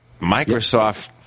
Microsoft